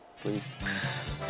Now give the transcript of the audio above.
Please